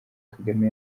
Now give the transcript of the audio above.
kagame